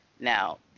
Now